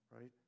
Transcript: right